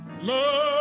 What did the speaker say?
love